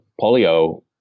polio